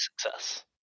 success